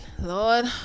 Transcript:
Lord